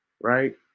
right